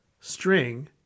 string